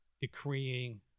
decreeing